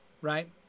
right